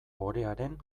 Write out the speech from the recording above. orearen